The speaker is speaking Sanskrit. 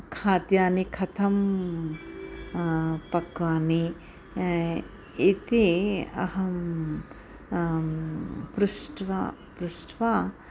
खाद्यानि कथं पक्वानि इति अहं पृष्ट्वा पृष्ट्वा